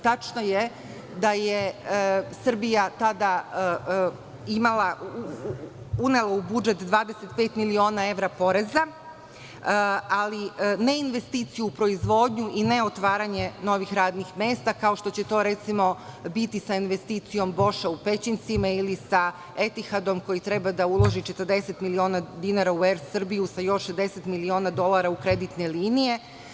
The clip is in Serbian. Tačno je da je Srbija tada unela u budžet 25 miliona evra poreza, ne investicija u proizvodnju i ne otvaranje novih radnih mesta, kao što će to recimo biti sa investicijom „Boša“ u Pećincima ili sa „Etihadom“ koji treba da uloži 40 miliona dinara u „Er Srbiju“ sa još 60 miliona dolara u kreditne linije.